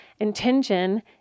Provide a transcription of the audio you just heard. Intention